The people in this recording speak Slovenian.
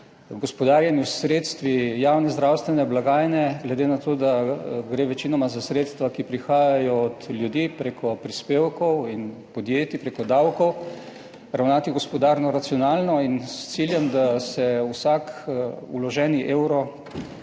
gospodarjenju s sredstvi javne zdravstvene blagajne, glede na to, da gre večinoma za sredstva, ki prihajajo od ljudi preko prispevkov in podjetij preko davkov, ravnati gospodarno, racionalno in s ciljem, da se vsak vloženi evro